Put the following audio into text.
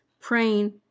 praying